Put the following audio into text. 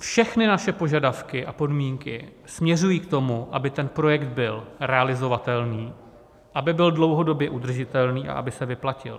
Všechny naše požadavky a podmínky směřují k tomu, aby ten projekt byl realizovatelný, aby byl dlouhodobě udržitelný a aby se vyplatil.